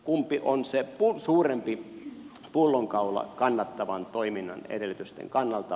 kumpi on se suurempi pullonkaula kannattavan toiminnan edellytysten kannalta